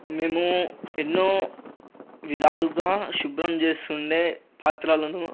మేము ఎన్నో విధాలుగా శుభ్రం చేస్తుండే పాత్రలను